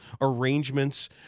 arrangements